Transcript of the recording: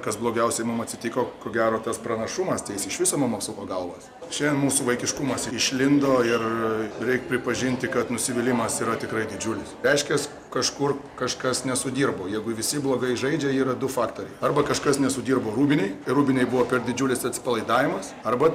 kas blogiausia mums atsitiko ko gero tas pranašumas tai jis iš viso mum apsuko galvas šiandien mūsų vaikiškumas išlindo ir reik pripažinti kad nusivylimas yra tikrai didžiulis reiškias kažkur kažkas nesudirbo jeigu visi blogai žaidžia yra du faktoriai arba kažkas nesudirbo rūbinėj rūbinėj buvo didžiulis atsipalaidavimas arba